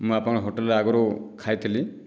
ମୁଁ ଆପଣଙ୍କ ହୋଟେଲରେ ଆଗରୁ ଖାଇଥିଲି